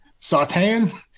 sauteing